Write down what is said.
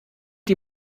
die